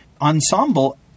ensemble